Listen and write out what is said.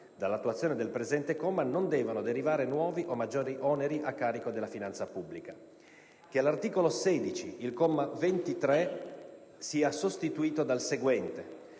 Dall'attuazione del presente comma non devono derivare nuovi o maggiori oneri a carico della finanza pubblica"; - che all'articolo 16 il comma 23 sia sostituito dal seguente: